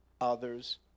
others